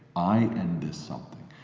i and this something.